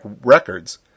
records